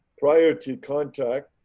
prior to contact